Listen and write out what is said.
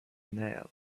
nail